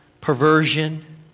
perversion